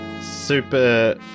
super